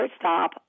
stop